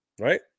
right